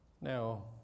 Now